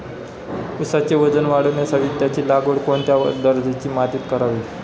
ऊसाचे वजन वाढवण्यासाठी त्याची लागवड कोणत्या दर्जाच्या मातीत करावी?